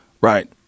Right